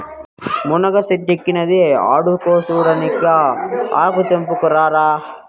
మునగ సెట్టిక్కించినది ఆడకూసోడానికా ఆకు తెంపుకుని రారా